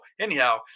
anyhow